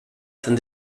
tant